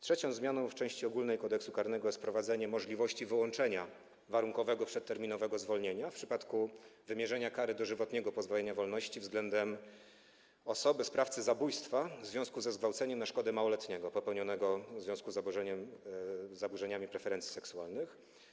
Trzecią zmianą w części ogólnej Kodeksu karnego jest wprowadzenie możliwości wyłączenia warunkowego przedterminowego zwolnienia w przypadku wymierzenia kary dożywotniego pozbawienia wolności wobec sprawcy zabójstwa w związku ze zgwałceniem na szkodę małoletniego popełnionym w związku z zaburzeniami preferencji seksualnych.